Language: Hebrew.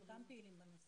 הם גם פעילים בנושא.